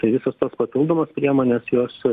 tai visos tos papildomos priemonės jos